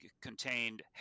contained